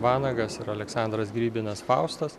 vanagas ir aleksandras grybinas faustas